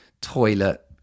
toilet